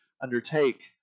undertake